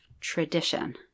tradition